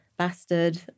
bastard